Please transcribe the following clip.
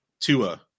Tua